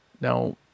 Now